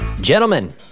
Gentlemen